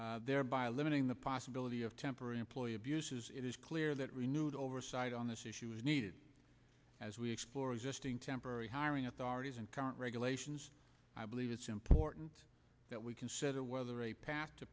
two thereby eliminating the possibility of temporary employee abuses it is clear that renewed oversight on this issue is needed as we explore existing temporary hiring authorities and current regulations i believe it's important that we consider whether a pa